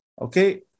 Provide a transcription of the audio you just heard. Okay